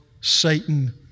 Satan